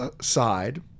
side